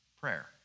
prayer